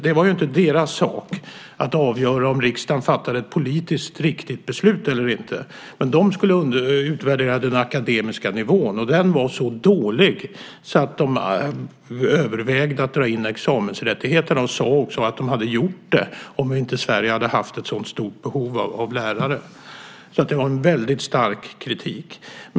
Det var inte deras sak att avgöra om riksdagen hade fattat ett politiskt riktigt beslut eller inte. De skulle utvärdera den akademiska nivån, och den var så dålig att de övervägde att dra in examensrättigheter. De sade att de hade gjort det om inte Sverige hade haft ett så stort behov av lärare. Det var en väldigt stark kritik.